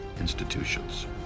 institutions